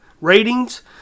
ratings